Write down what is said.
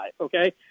okay